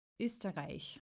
Österreich